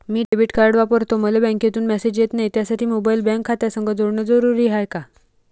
मी debit card वापरतो मले बँकेतून मॅसेज येत नाही, त्यासाठी मोबाईल बँक खात्यासंग जोडनं जरुरी हाय का?